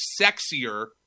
sexier